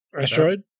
Asteroid